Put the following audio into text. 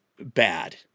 bad